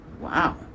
wow